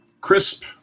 crisp